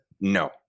No